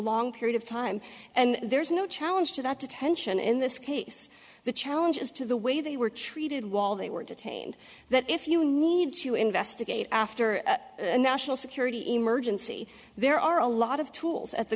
long period of time and there's no challenge to that detention in this case the challenge is to the way they were treated while they were detained that if you need to investigate after a national security emergency there are a lot of tools at the